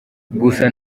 gusa